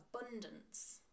abundance